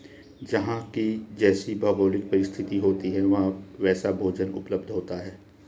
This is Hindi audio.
जहां की जैसी भौगोलिक परिस्थिति होती है वहां वैसा भोजन उपलब्ध होता है